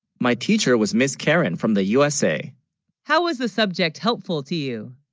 my teacher, was miss karen from the usa how, was the subject. helpful to you